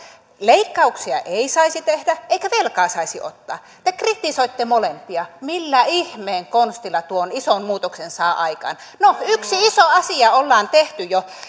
leikkauksia ei saisi tehdä eikä velkaa saisi ottaa te kritisoitte molempia millä ihmeen konstilla tuon ison muutoksen saa aikaan no yksi iso asia ollaan tehty jo